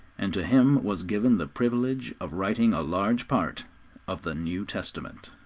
and to him was given the privilege of writing a large part of the new testament.